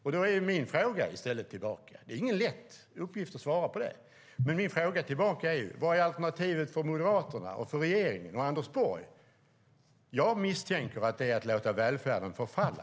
Därför blir min motfråga, och det är ingen lätt uppgift att svara på den: Vad är alternativet för Moderaterna, regeringen och Anders Borg? Jag misstänker att det tyvärr är att låta välfärden förfalla.